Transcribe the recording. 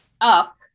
up